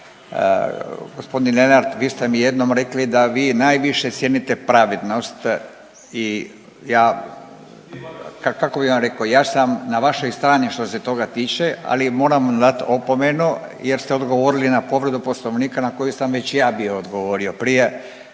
Gospodin Lenart vi ste mi jednom rekli da vi najviše cijenite pravednost i ja kako bi vam rekao ja sam na vašoj strani što se toga tiče, ali moram dat opomenu jer ste odgovorili na povredu poslovnika na koju sam već ja bio odgovori prije